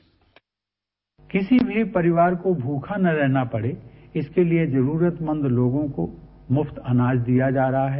bite किसी भी परिवार को भूखा न रहना पड़े इसके लिए जरूरतमंद लोगों को मुफ्त अनाज दिया जा रहा है